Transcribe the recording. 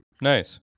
Nice